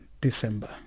December